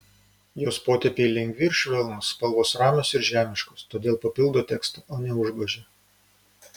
jos potėpiai lengvi ir švelnūs spalvos ramios ir žemiškos todėl papildo tekstą o ne užgožia